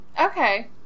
okay